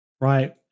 right